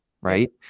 right